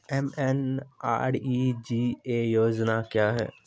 MNREGA योजना क्या हैं?